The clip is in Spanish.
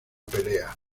pelea